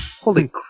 holy